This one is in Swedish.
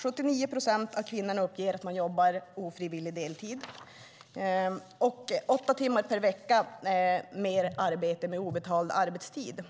79 procent av kvinnorna uppger att de jobbar ofrivillig deltid och åtta timmar mer per vecka på obetald arbetstid.